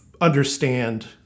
understand